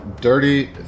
dirty